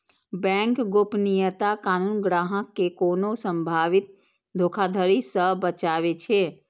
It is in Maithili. बैंक गोपनीयता कानून ग्राहक कें कोनो संभावित धोखाधड़ी सं बचाबै छै